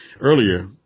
earlier